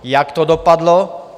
Jak to dopadlo?